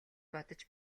бодож